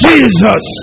Jesus